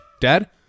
Dad